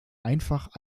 einfach